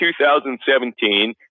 2017